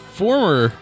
former